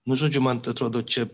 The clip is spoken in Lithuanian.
nu žodžiu man tai atrodo čia